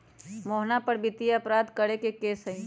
मोहना पर वित्तीय अपराध करे के केस हई